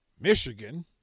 Michigan